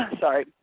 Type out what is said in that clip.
sorry